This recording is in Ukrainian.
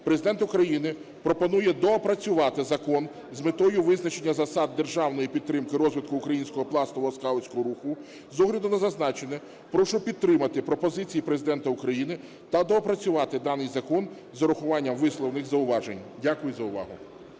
Президент України пропонує доопрацювати закон з метою визначення засад державної підтримки розвитку українського пластового скаутського руху. З огляду на зазначене прошу підтримати пропозиції Президента України та доопрацювати даний закон з урахуванням висловлених зауважень. Дякую за увагу.